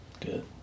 Good